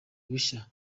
bushya